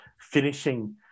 finishing